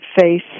face